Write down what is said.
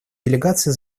делегации